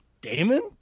Damon